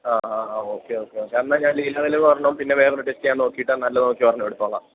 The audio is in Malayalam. ആ ആ ഓക്കേ ഓക്കേ ഓക്കേ എന്നാൽ ഞാൻ ലീലാ തിലകം ഒരെണ്ണം പിന്നെ വേറൊരു ടെക്സ്റ്റ് ഞാൻ നോക്കിയിട്ട് നല്ലത് നോക്കി ഒരെണ്ണം എടുത്തോളാം